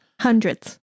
Hundreds